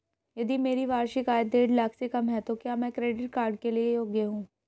यदि मेरी वार्षिक आय देढ़ लाख से कम है तो क्या मैं क्रेडिट कार्ड के लिए योग्य हूँ?